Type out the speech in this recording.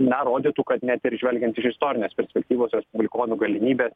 na rodytų kad net ir žvelgiant iš istorinės perspektyvos respublikonų galimybės